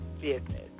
business